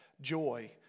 joy